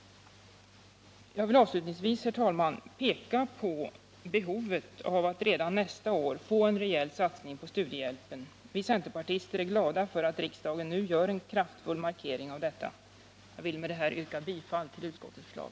Jag vill avslutningsvis, herr talman, peka på behovet av att redan nästa år få till stånd en rejäl satsning på studiehjälpen. Vi centerpartister är glada över att riksdagen nu gör en kraftfull markering av detta. Jag ber, herr talman, att få yrka bifall till utskottets förslag.